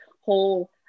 whole